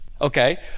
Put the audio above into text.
Okay